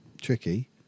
tricky